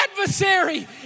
adversary